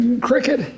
cricket